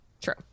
True